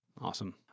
Awesome